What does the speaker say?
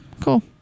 cool